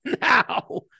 now